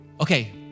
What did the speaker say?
Okay